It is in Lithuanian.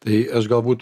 tai aš galbūt